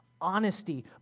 Honesty